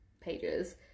pages